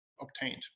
obtained